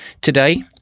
Today